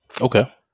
Okay